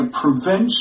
prevention